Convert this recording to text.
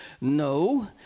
no